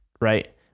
right